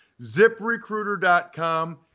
ziprecruiter.com